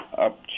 up